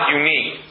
unique